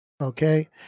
okay